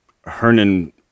Hernan